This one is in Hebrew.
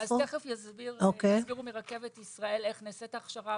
אז תכף יסבירו מרכבת ישראל איך נעשית ההכשרה